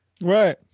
Right